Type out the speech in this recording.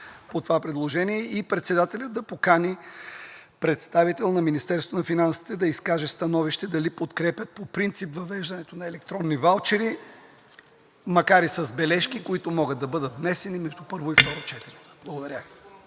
по това предложение и председателят да покани представител на Министерството на финансите да изкаже становище дали подкрепя по принцип въвеждането на електронни ваучери, макар и с бележки, които могат да бъдат внесени между първо и второ четене. Благодаря